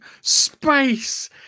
Space